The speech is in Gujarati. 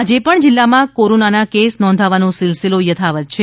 આજે પણ જીલ્લામાં કોરોનાના કેસ નોંધાવાનો સિલસિલો યથાવત છે